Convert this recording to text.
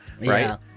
right